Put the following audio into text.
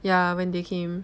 ya when they came